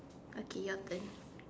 okay your turn